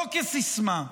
לא כסיסמה.